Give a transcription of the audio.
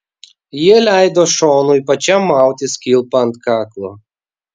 jie leido šonui pačiam mautis kilpą ant kaklo